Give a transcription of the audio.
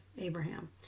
Abraham